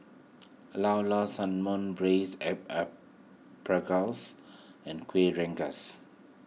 Llao Llao Sanum Braised and Kuih Rengas